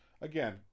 Again